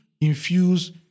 infuse